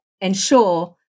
ensure